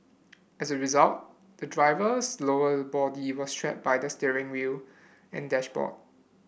as a result the driver's lower body was trapped by the steering wheel and dashboard